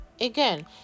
again